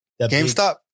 GameStop